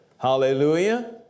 Hallelujah